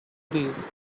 these